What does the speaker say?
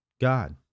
God